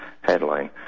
headline